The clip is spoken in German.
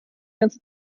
ganze